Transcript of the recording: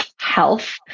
health